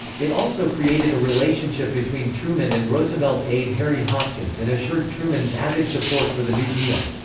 it also created a relationship between truman and roosevelt's aide harry hopkins and assured truman's avid support for the new deal.